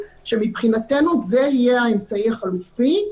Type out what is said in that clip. שמבחינתנו זה יהיה האמצעי החלופי,